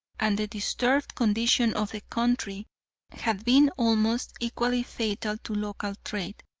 and the disturbed condition of the country had been almost equally fatal to local trade.